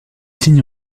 signent